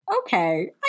Okay